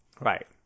Right